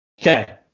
Okay